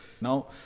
Now